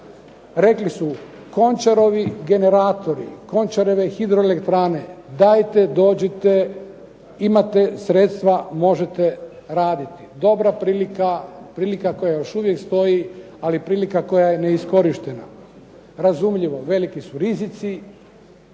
Rekli su Končarovi generatori, Končarove hidroelektrane dajte dođite, imate sredstva, možete raditi. Dobra prilika, prilika koja još uvijek stoji, ali prilika koja je neiskorištena. Razumljivo, veliki su rizici,